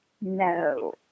No